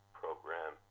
program